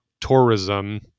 tourism